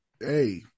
hey